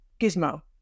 gizmo